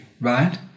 right